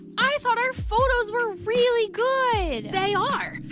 i thought our photos were really good. they are!